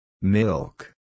Milk